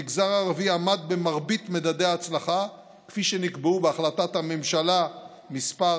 המגזר הערבי עמד במרבית מדדי ההצלחה כפי שנקבעו בהחלטת ממשלה מס'